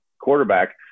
quarterback